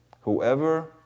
whoever